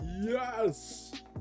Yes